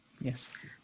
Yes